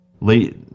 late